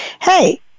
hey